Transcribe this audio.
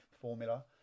formula